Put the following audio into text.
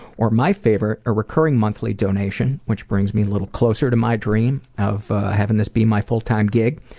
or my favorite, a recurring monthly donation. which brings me a little closer to my dream of having this be my full-time gig.